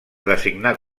designar